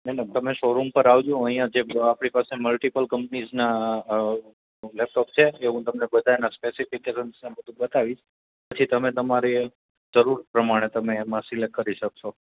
madam તમે showroom પર આવજો હું અઈયાં જે આપણી પાસે મલ્ટીપલ કંપનીઝના લેપટોપ છે એ હું તમને બધાના સ્પેસિફિકેસન્સ ને બધુ બતાવીસ પછી તમે તમારી જરૂર પ્રમાણે તમે એમાં સિલેક્ટ કરી શકશો